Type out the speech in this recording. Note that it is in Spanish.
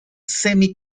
semi